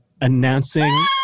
Announcing